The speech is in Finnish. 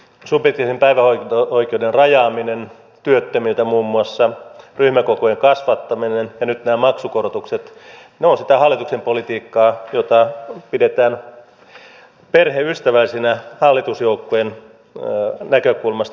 subjektiivisen päivähoito oikeuden rajaaminen muun muassa työttömiltä ryhmäkokojen kasvattaminen ja nyt nämä maksukorotukset ne ovat sitä hallituksen politiikkaa jota pidetään perheystävällisenä hallitusjoukkueen näkökulmasta